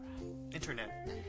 Internet